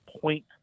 point